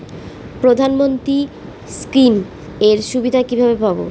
প্রধানমন্ত্রী স্কীম এর সুবিধা কিভাবে পাবো?